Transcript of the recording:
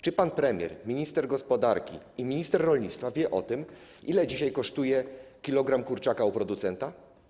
Czy pan premier, minister gospodarki i minister rolnictwa wiedzą o tym, ile dzisiaj kosztuje 1 kg kurczaka u producentów?